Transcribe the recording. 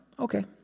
Okay